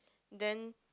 then